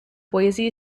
boise